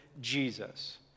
Jesus